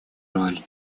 роль